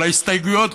אבל ההסתייגויות,